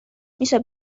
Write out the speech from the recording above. میشه